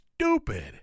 stupid